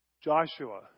Joshua